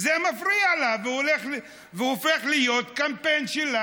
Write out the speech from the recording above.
זה מפריע לה והופך להיות קמפיין שלה,